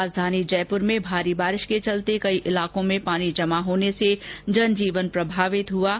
राजधानी जयपुर में भारी बारिश के चलते कई इलाकों में पानी जमा होने से जन जीवन प्रभावित हुआ है